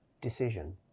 decision